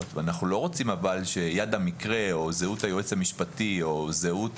ואנחנו לא רוצים שיד המקרה או זהות היועץ המשפטי או זהות